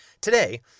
Today